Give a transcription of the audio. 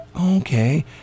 okay